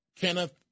Kenneth